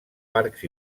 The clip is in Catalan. parcs